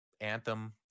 Anthem